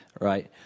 Right